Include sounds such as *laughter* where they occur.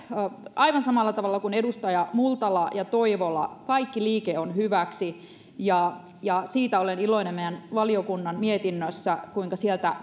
aivan samalla tavalla kuin edustajat multala ja toivola että kaikki liike on hyväksi ja ja siitä olen iloinen meidän valiokunnan mietinnössä kuinka sieltä *unintelligible*